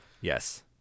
Yes